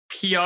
PR